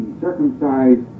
circumcised